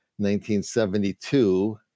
1972